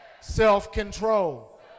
self-control